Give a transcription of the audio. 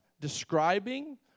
describing